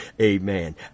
Amen